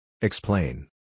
Explain